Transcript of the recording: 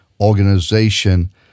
organization